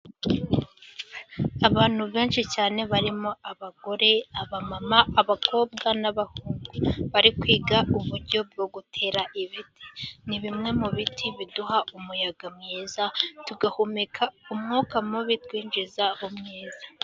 Abantu benshi cyane barimo abagore, aba mama ,abakobwa ,n'abahungu bari kwiga uburyo bwo gutera ibiti, ni bimwe mu biti biduha umuyaga mwiza tugahumeka umwuka mubi twinjiza umwiza.